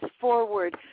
forward